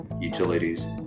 utilities